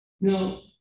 Now